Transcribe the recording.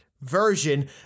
version